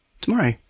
tomorrow